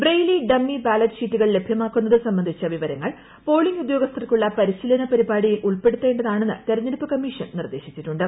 Braille dummy ballot ഷീറ്റുകൾ ലഭ്യമാക്കുന്നത് സംബന്ധിച്ച വിവരങ്ങൾ പോളിംഗ് ഉദ്യോഗസ്ഥർക്കുള്ള പരിശീലന പരിപാടിയിൽ ഉൾപ്പെടുത്തേണ്ടതാണെന്ന് തിരഞ്ഞെടുപ്പ് കമ്മീഷൻ നിർദേശിച്ചിട്ടുണ്ട്